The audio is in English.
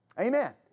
Amen